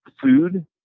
food